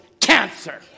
cancer